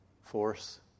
force